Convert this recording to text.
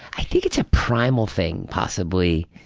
i think it's a primal thing possibly.